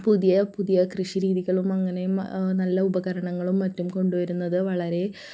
പുതിയ പുതിയ കൃഷി രീതികളും അങ്ങനെ നല്ല ഉപകാരങ്ങളും മറ്റും കൊണ്ടു വരുന്നത് വളരെ നല്ല